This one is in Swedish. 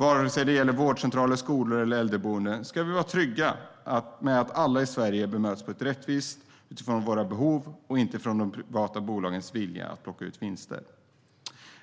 Vare sig det gäller vårdcentraler, skolor eller äldreboenden ska vi vara trygga med att alla i Sverige bemöts rättvist utifrån sina behov, inte utifrån de privata bolagens vilja att plocka ut vinster.